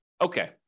okay